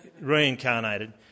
reincarnated